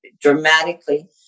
dramatically